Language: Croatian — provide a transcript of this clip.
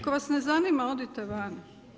Ako vas ne zanima odite van.